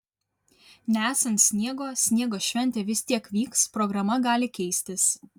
nesant sniego sniego šventė vis tiek vyks programa gali keistis